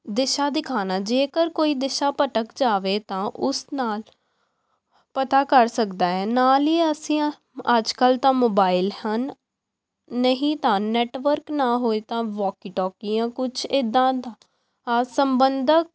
ਦਿਸ਼ਾ ਦਿਖਾਉਣਾ ਜੇਕਰ ਕੋਈ ਦਿਸ਼ਾ ਭਟਕ ਜਾਵੇ ਤਾਂ ਉਸ ਨਾਲ ਪਤਾ ਕਰ ਸਕਦਾ ਹੈ ਨਾਲ ਹੀ ਅਸੀਂ ਅੱਜ ਕੱਲ੍ਹ ਤਾਂ ਮੋਬਾਈਲ ਹਨ ਨਹੀਂ ਤਾਂ ਨੈਟਵਰਕ ਨਾ ਹੋਵੇ ਤਾਂ ਵੋਕੀ ਟੋਕੀ ਜਾਂ ਕੁਝ ਇੱਦਾਂ ਦਾ ਸੰਬੰਧਕ